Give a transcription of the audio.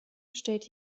stellt